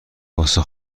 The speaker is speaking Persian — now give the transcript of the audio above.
واسه